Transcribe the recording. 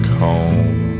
home